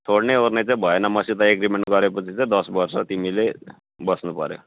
छोड्नेओर्ने चाहिँ भएन मसित एग्रिमेन्ट गरेपछि चाहिँ दस वर्ष तिमीले बस्नुपर्यो